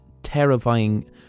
terrifying